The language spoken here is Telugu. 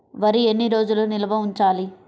వరి ఎన్ని రోజులు నిల్వ ఉంచాలి?